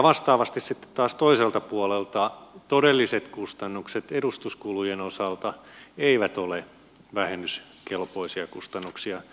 vastaavasti sitten taas toiselta puolelta todelliset kustannukset edustuskulujen osalta eivät ole vähennyskelpoisia kustannuksia